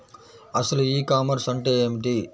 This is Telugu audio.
అసలు ఈ కామర్స్ అంటే ఏమిటి?